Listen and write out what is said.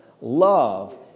love